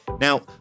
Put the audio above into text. Now